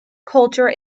culture